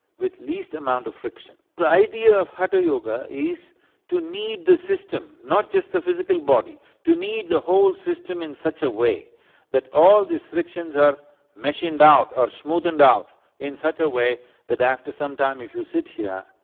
with least amount of friction. the idea of hatha yoga is to knead the system, not just the physical body, to knead the whole system in such a way that all these frictions are machined out or smoothened out in such a way that after some time if you sit here,